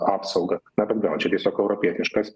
apsaugą na bet gal čia tiesiog europietiškas